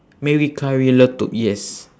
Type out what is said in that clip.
maggi curry letup yes